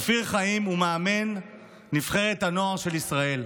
אופיר חיים הוא מאמן נבחרת הנוער של ישראל.